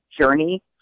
journey